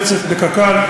בקק"ל,